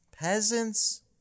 Peasants